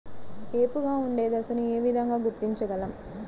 ఏపుగా ఉండే దశను ఏ విధంగా గుర్తించగలం?